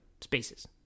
spaces